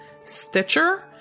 Stitcher